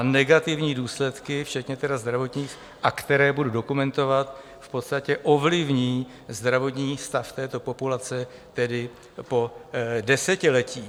Negativní důsledky včetně zdravotních, které budu dokumentovat, v podstatě ovlivní zdravotní stav této populace po desetiletí.